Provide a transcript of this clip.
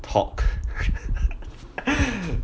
talk